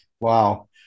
Wow